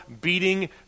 beating